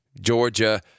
Georgia